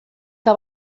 que